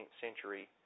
century